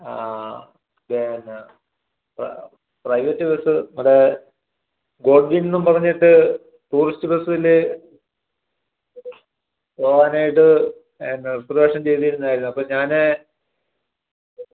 ആ പിന്നെ പ്ര പ്രൈവറ്റ് ബസ് നമ്മുടെ ഗോഡ്ജി എന്നും പറഞ്ഞിട്ട് ടൂറിസ്റ്റ് ബസ്സിൽ പോകാനായിട്ട് എന്നാ റിസർവേഷൻ ചെയ്തിരുന്നതായിരുന്നു അപ്പം ഞാൻ